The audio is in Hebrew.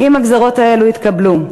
אם הגזירות האלה יתקבלו,